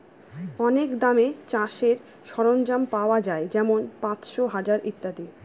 অনেক দামে চাষের সরঞ্জাম পাওয়া যাই যেমন পাঁচশো, হাজার ইত্যাদি